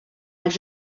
als